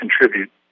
contribute